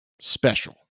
special